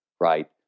right